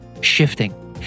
shifting